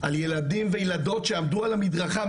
על ילדים וילדות שעמדו על המדרכה,